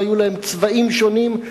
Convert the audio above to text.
והיו להם צבעים שונים,